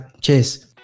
Cheers